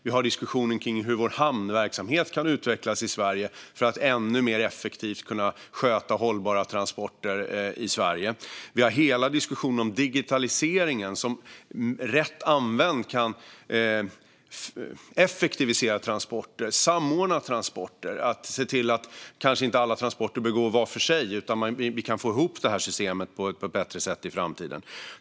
Vi har också diskussionen kring hur vår hamnverksamhet i Sverige kan utvecklas för att kunna sköta hållbara transporter i Sverige ännu mer effektivt. Vi har även hela diskussionen om digitaliseringen, som rätt använd kan effektivisera och samordna transporter. Kanske kan den se till att alla transporter inte går var för sig utan att vi kan få ihop systemet på ett bättre sätt i framtiden.